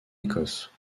écosse